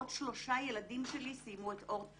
עוד שלושה ילדים שלי סיימו את אורט.